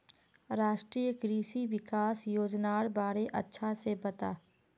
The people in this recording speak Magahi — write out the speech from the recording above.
राष्ट्रीय कृषि विकास योजनार बारे अच्छा से बता